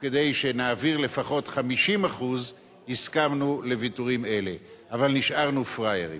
כדי שנעביר לפחות 50%. הסכמנו לוויתורים אלה אבל נשארנו פראיירים.